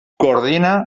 coordina